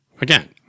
again